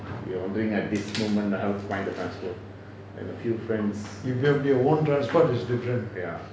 if you have your own transport is different